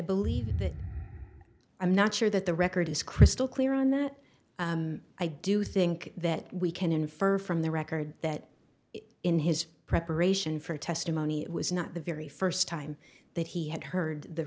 believe that i'm not sure that the record is crystal clear on that i do think that we can infer from the record that in his preparation for testimony was not the very first time that he had heard the